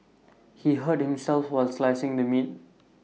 he hurt himself while slicing the meat